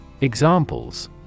Examples